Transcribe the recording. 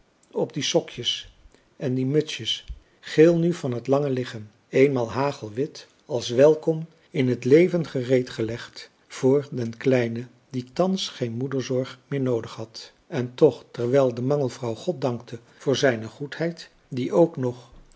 op die sokjes en die mutsjes geel nu van t lange liggen eenmaal hagelwit als welkom in t leven gereed gelegd voor den kleine die thans geen moederzorg meer noodig had françois haverschmidt familie en kennissen en toch terwijl de mangelvrouw god dankte voor zijne goedheid die ook nog